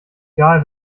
egal